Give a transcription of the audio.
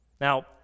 Now